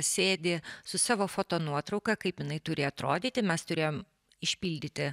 sėdi su savo fotonuotrauka kaip jinai turi atrodyti mes turėjom išpildyti